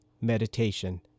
meditation